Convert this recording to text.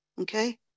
Okay